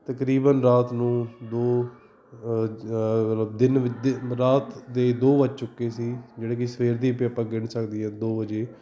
ਤਕਰੀਬਨ ਰਾਤ ਨੂੰ ਦੋ ਦਿਨ ਵਿ ਦੇ ਰਾਤ ਦੇ ਦੋ ਵੱਜ ਚੁੱਕੇ ਸੀ ਜਿਹੜੇ ਕੀ ਸਵੇਰ ਦੀ ਵੀ ਆਪਾਂ ਗਿਣ ਸਕਦੀ ਆ ਦੋ ਵਜੇ